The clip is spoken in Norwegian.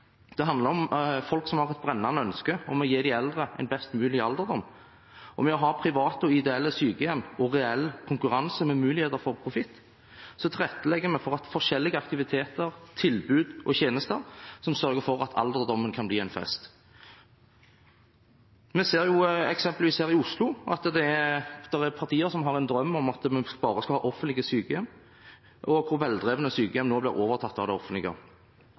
Det handler om folk som har et brennende ønske om å gi de eldre en best mulig alderdom, og ved å ha private og ideelle sykehjem og reell konkurranse med mulighet for profitt, tilrettelegger vi for forskjellige aktiviteter, tilbud og tjenester som sørger for at alderdommen kan bli en fest. Vi ser eksempelvis her i Oslo at det er partier som har en drøm om at vi bare skal ha offentlige sykehjem, og hvor veldrevne sykehjem nå blir overtatt av det offentlige.